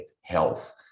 health